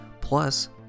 Plus